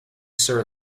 sir